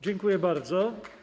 Dziękuję bardzo.